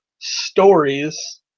stories